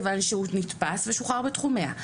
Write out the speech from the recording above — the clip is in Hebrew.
כיוון שהוא נתפס ושוחרר בתחומיה.